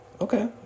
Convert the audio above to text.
okay